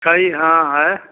छई हाँ है